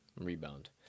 rebound